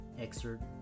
excerpt